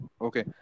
Okay